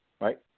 right